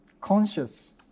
conscious